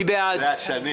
מי בעד